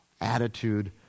attitude